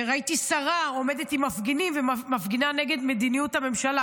ראיתי שרה עומדת עם מפגינים ומפגינה נגד מדיניות הממשלה.